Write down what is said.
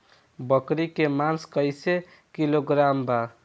बकरी के मांस कईसे किलोग्राम बा?